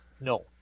No